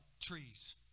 trees